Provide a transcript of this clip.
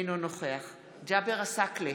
אינו נוכח ג'אבר עסאקלה,